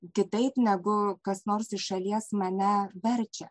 kitaip negu kas nors iš šalies mane verčia